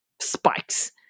spikes